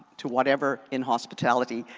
to whatever in hospitality,